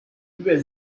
über